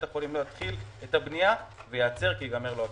החולים לא יתחיל את הבנייה ואז יעצור כי ייגמר לו הכסף.